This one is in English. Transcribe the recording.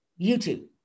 YouTube